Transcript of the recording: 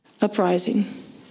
uprising